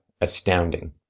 astounding